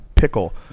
Pickle